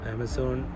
Amazon